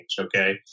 okay